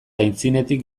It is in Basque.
aitzinetik